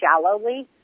shallowly